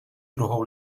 druhou